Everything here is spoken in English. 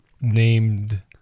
named